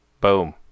Boom